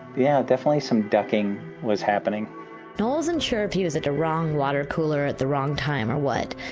yeah, definitely. some ducking was happening noel wasn't sure if he was at the wrong water cooler at the wrong time, or what,